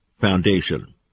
Foundation